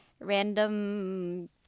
random